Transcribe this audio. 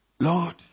Lord